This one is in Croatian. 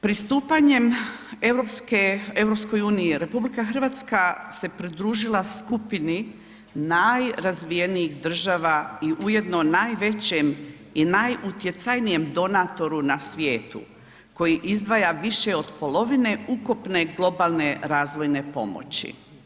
Pristupanjem EU RH se pridružila skupini najrazvijenijih država i ujedno najvećem i najutjecajnijem donatoru na svijetu koji izdvaja više od polovine ukupne globale razvojne pomoći.